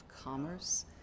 commerce